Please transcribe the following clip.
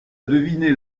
deviner